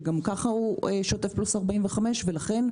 שגם כך הוא שוטף + 45. לכן,